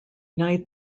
night